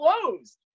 closed